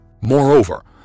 Moreover